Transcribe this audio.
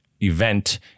event